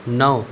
نو